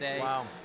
Wow